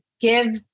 give